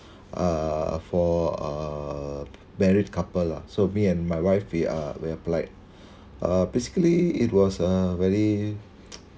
uh for uh married couple lah so me and my wife we are we applied uh basically it was a very